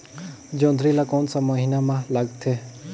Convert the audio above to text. जोंदरी ला कोन सा महीन मां लगथे?